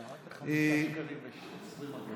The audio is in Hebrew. זה ירד ל-5.20 שקלים.